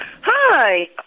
Hi